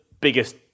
biggest